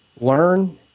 learn